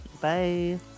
Bye